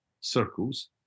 circles